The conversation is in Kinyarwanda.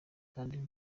kandi